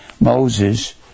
moses